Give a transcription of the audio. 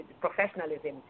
professionalism